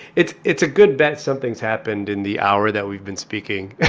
it's it's a good bet something's happened in the hour that we've been speaking